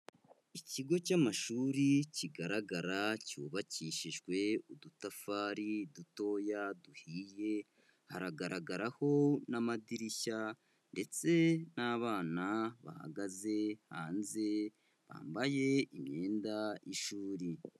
Ikigo cy'amashuri kigaragara, cyubakishijwe udutafari dutoya duhiye, haragaragaraho n'amadirishya ndetse n'abana bahagaze hanze bambaye imyenda y'ishuri.